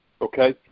okay